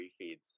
refeeds